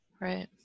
Right